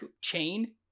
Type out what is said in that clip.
chain